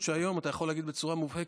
שהיום אתה יכול להגיד בצורה מובהקת,